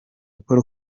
paul